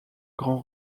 grand